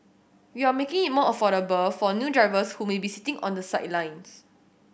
we are making it more affordable for new drivers who may be sitting on the sidelines